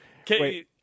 Okay